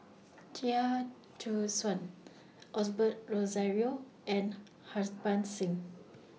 Chia Choo Suan Osbert Rozario and Harbans Singh